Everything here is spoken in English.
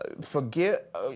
forget